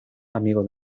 amigo